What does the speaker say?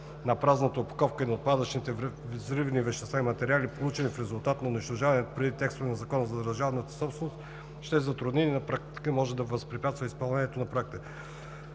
на празната опаковка и на отпадъчните взривни вещества и метали, получени в резултат на унищожаването, предвид текстове в Закона за държавната собственост, ще затрудни и на практика може да възпрепятства изпълнението на проекта.